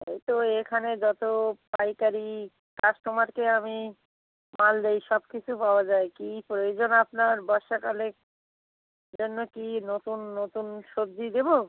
এই তো এখানে যত পাইকারি কাস্টমারকে আমি মাল দিই সব কিছু পাওয়া যায় কী প্রয়োজন আপনার বর্ষাকালে জন্য কি নতুন নতুন সবজি দেব